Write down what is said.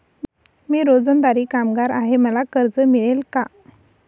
मी रोजंदारी कामगार आहे मला कर्ज मिळेल का?